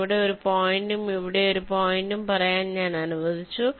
ഇവിടെ ഒരു പോയിന്റും ഇവിടെ ഒരു പോയിന്റും പറയാൻ ഞാൻ അനുവദിച്ചു